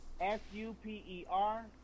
S-U-P-E-R